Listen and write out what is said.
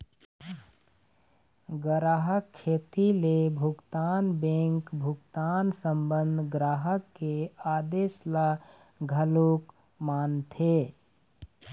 गराहक कोती ले भुगतान बेंक भुगतान संबंध ग्राहक के आदेस ल घलोक मानथे